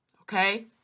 okay